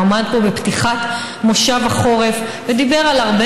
עמד פה בפתיחת מושב החורף ודיבר על הרבה